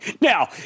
Now